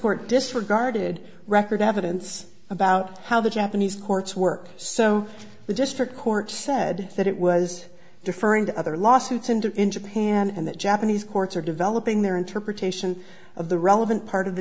court disregarded record evidence about how the japanese courts work so the district court said that it was deferring to other lawsuits and in japan and that japanese courts are developing their interpretation of the relevant part of the